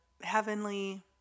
heavenly